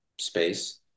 space